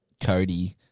Cody